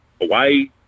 Hawaii